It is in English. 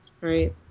right